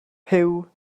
puw